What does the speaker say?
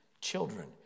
Children